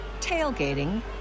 tailgating